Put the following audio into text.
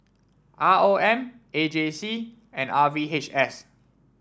R O M A J C and R V H S